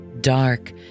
Dark